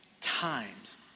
times